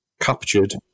captured